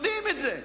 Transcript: יודעים את זה.